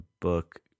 book